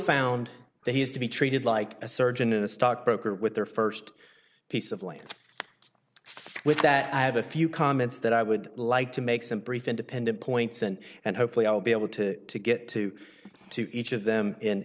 found that he has to be treated like a surgeon and a stockbroker with their st piece of land with that i have a few comments that i would like to make some brief independent points and and hopefully i'll be able to get to to each of them in